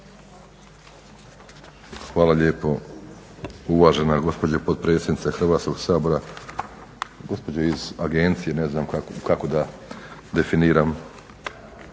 Hvala lijepo uvažena gospođo potpredsjednice Hrvatskog sabora. Gospođo iz agencije, ne znam kako da definiram